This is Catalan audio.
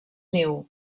niu